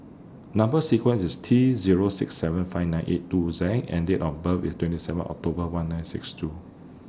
Number sequence IS T Zero six seven five nine eight two Z and Date of birth IS twenty seven October one nine six two